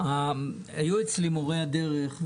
היו אצלי מורי הדרך,